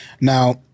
Now